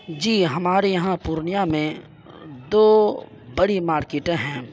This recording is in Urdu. جی ہمارے یہاں پرنیہ میں دو بڑی مارکٹیں ہیں